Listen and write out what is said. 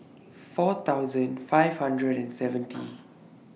four thousand five hundred and seventy